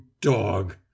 dog